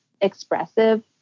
expressive